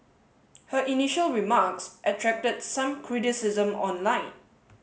her initial remarks attracted some criticism online